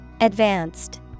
Advanced